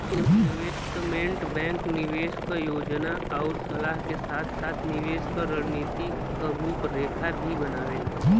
investment bank निवेश क योजना आउर सलाह के साथ साथ निवेश क रणनीति क रूपरेखा भी बनावेला